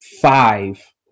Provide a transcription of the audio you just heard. five